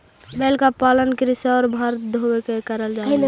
बैल का पालन कृषि और भार ढोवे ला करल जा ही